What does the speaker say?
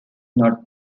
not